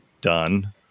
done